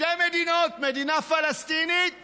שתי מדינות: מדינה פלסטינית